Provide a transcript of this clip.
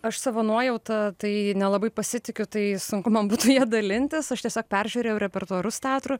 aš savo nuojauta tai nelabai pasitikiu tai sunku man būtų ja dalintis aš tiesiog peržiūrėjau repertuarus teatrų